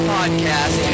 podcast